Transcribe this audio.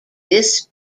this